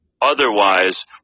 otherwise